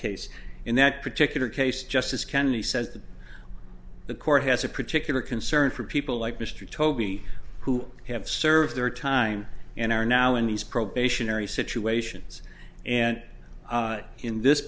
case in that particular case justice kennedy says that the court has a particular concern for people like mr toby who have served their time and are now in these probationary situations and in this